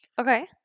Okay